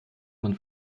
man